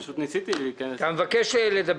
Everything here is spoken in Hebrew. פשוט ניסיתי להיכנס לדיון.